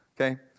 Okay